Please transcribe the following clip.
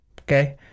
okay